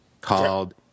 called